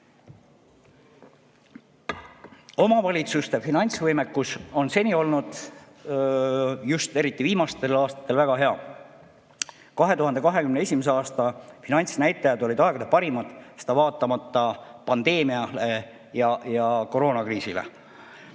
Omavalitsuste finantsvõimekus on seni, eriti viimastel, olnud aastatel väga hea. 2021. aasta finantsnäitajad olid aegade parimad, seda vaatamata pandeemiale ja koroonakriisile.